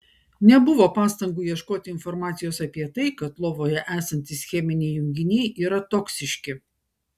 nebuvo pastangų ieškoti informacijos apie tai kad lovoje esantys cheminiai junginiai yra toksiški